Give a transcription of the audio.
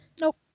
Nope